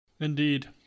Indeed